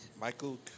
Michael